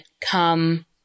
come